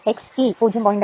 1 ഉം Xe 0